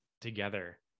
together